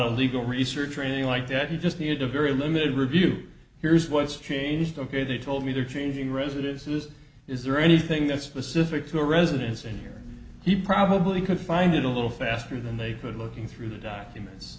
of legal research or anything like that you just needed a very limited review here's what's changed ok they told me they're changing residences is there anything that's specific to a residence in here he probably could find it a little faster than they could looking through the documents